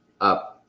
up